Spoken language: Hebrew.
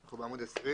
אנחנו בעמוד 20,